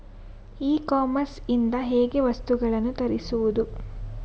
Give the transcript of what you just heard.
E commerce ಇಂದ ಹೇಗೆ ವಸ್ತುಗಳನ್ನು ತರಿಸುವುದು?